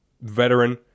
veteran